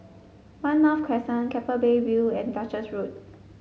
One North Crescent Keppel Bay View and Duchess Road